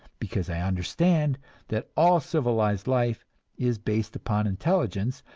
because i understand that all civilized life is based upon intelligence,